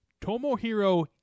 Tomohiro